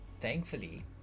thankfully